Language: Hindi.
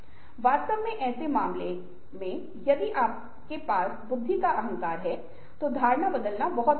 वास्तव में ऐसे मामलों में यदि आपके पास बुद्धि का अहंकार है तो धारणा बदलना बहुत मुश्किल है